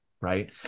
Right